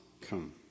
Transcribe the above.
come